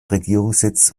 regierungssitz